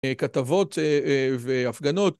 כתבות והפגנות.